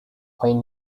when